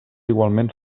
igualment